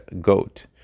goat